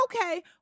Okay